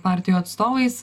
partijų atstovais